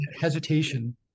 hesitation